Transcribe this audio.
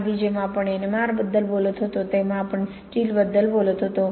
आधी जेव्हा आपण N M R बद्दल बोलत होतो तेव्हा आपण स्लिटबद्दल बोलत होतो